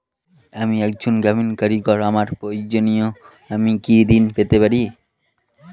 আমি একজন গ্রামীণ কারিগর আমার প্রয়োজনৃ আমি কি ঋণ পেতে পারি?